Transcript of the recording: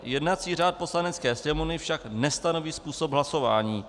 Jednací řád Poslanecké sněmovny však nestanoví způsob hlasování.